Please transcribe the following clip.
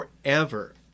forever